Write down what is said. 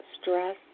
stress